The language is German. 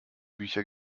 bücher